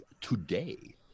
today